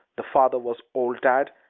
the father was old dad,